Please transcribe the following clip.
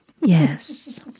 Yes